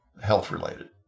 health-related